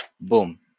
Boom